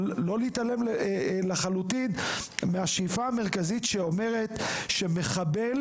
אבל לא להתעלם לחלוטין מהשאיפה המרכזית שאומרת שמחבל